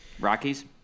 Rockies